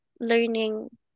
learning